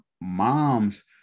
moms